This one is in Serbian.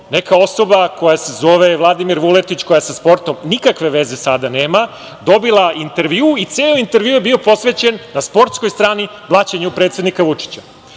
neka osoba koja se zove Vladimir Vuletić, koja sa sportom nikakve veze nema, dobila intervju i ceo intervju je posvećen na sportskoj strani blaćenju predsednika Vučića.U